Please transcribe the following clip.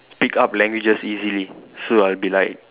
pick up languages easily so I'll be like